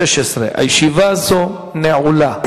אין, נמנעים, אין.